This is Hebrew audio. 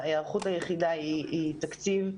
ההיערכות היחידה היא תקציב.